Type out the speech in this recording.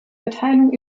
verteilung